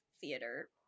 theater